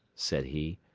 said he,